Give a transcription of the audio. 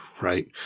Right